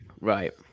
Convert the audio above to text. right